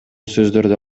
сөздөрдү